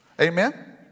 Amen